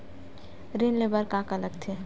ऋण ले बर का का लगथे?